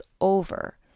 over